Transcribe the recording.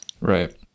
Right